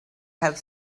have